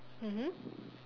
mmhmm